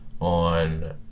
on